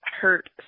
hurt